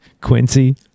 Quincy